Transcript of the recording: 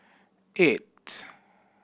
eights